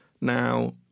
now